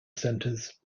centers